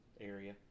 area